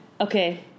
Okay